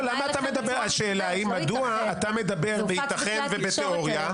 השאלה היא מדוע אתה מדבר בייתכן ובתיאוריה.